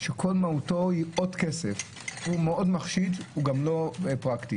שכל מהותו היא עוד כסף הוא מאוד מחשיד וגם לא פרקטי.